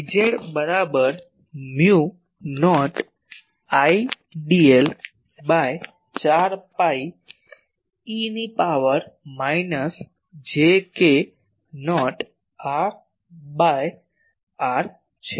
Az બરાબર mu naught Idl ભાગ્યા 4 pi e ની power minus j k naught r ભાગ્યા r છે